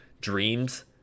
dreams